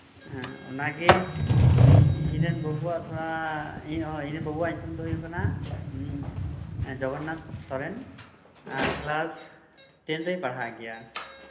ᱦᱮᱸ ᱚᱱᱟᱜᱮ ᱤᱧᱨᱮᱱ ᱵᱟᱹᱵᱩᱣᱟᱜ ᱛᱷᱚᱲᱟ ᱤᱧ ᱨᱮᱱ ᱵᱟᱹᱵᱩᱣᱟᱜ ᱧᱩᱛᱩᱢ ᱫᱚ ᱦᱩᱭᱩᱜ ᱠᱟᱱᱟ ᱡᱚᱜᱷᱩᱱᱟᱛᱷ ᱥᱚᱨᱮᱱ ᱠᱞᱟᱥ ᱴᱮᱱ ᱨᱮᱭ ᱯᱟᱲᱦᱟᱜ ᱜᱮᱭᱟ